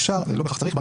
אפשר, לא בהכרח צריך.